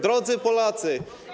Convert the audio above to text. Drodzy Polacy!